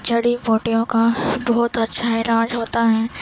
جڑی بوٹیوں کا بہت اچھا علاج ہوتا ہے